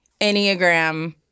Enneagram